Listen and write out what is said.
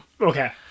Okay